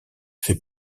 fait